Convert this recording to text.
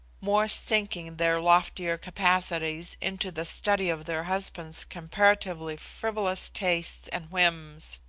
more sinking their loftier capacities into the study of their husbands' comparatively frivolous tastes and whims,